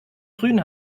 grün